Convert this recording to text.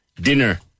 dinner